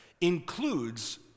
includes